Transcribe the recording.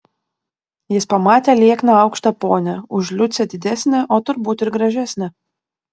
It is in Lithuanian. jis pamatė liekną aukštą ponią už liucę didesnę o turbūt ir gražesnę